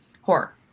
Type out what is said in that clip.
horror